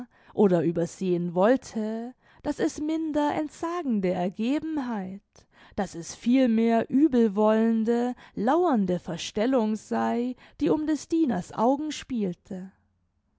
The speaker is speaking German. oder übersehen wollte daß es minder entsagende ergebenheit daß es vielmehr übelwollende lauernde verstellung sei die um des dieners augen spielte